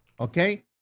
okay